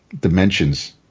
Dimensions